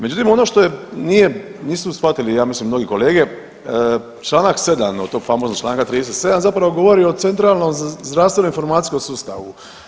Međutim ono što je, nije, nisu shvatili ja mislim mnogi kolege, čl. 7. od tog famoznog čl. 37. zapravo govori o centralnom zdravstveno informacijskom sustavu.